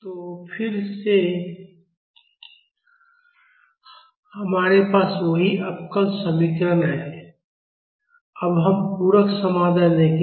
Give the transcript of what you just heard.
तो फिर से हमारे पास वही अवकल समीकरण है अब हम पूरक समाधान देखेंगे